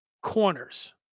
corners